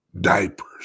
diapers